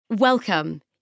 Welcome